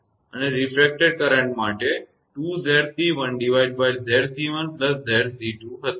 અને refracted current માટે તે 2𝑍𝑐1 𝑍𝑐1𝑍𝑐2 હશે